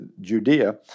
Judea